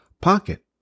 pocket